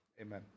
Amen